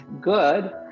good